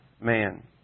man